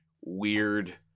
weird